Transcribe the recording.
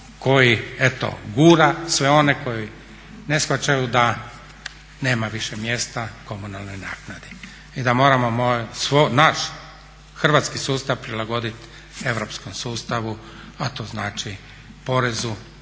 koji eto gura sve one koji ne shvaćaju da nema više mjesta komunalnoj naknadi i da moramo naš hrvatski sustav prilagoditi europskom sustavu a to znači porezu